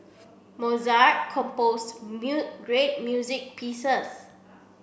Mozart composed great music pieces